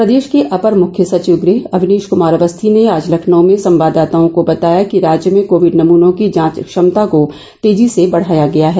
प्रदेश के अपर मुख्य सचिव गृह अवनीश कुमार अवस्थी ने आज लखनऊ में संवाददाताओं को बताया कि राज्य में कोविड नमूनों की जांच क्षमता को तेजी से बढ़ाया गया है